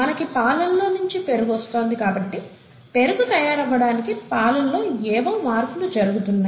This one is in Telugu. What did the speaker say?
మనకి పాలల్లో నించి పెరుగు వస్తోంది కాబట్టి పెరుగు తయారవ్వటానికి పాలల్లో ఏవో మార్పులు జరుగుతున్నాయి